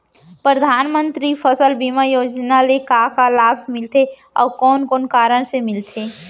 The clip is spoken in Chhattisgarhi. परधानमंतरी फसल बीमा योजना ले का का लाभ मिलथे अऊ कोन कोन कारण से मिलथे?